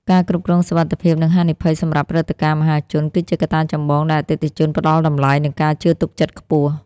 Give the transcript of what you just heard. ការគ្រប់គ្រងសុវត្ថិភាព និងហានិភ័យសម្រាប់ព្រឹត្តិការណ៍មហាជន គឺជាកត្តាចម្បងដែលអតិថិជនផ្តល់តម្លៃ និងការជឿទុកចិត្តខ្ពស់។